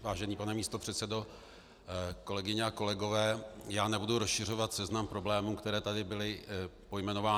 Vážený pane místopředsedo, kolegyně a kolegové, já nebudu rozšiřovat seznam problémů, které tady byly pojmenovány.